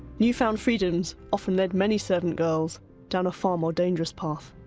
new-found freedoms often led many servant girls down a far more dangerous path.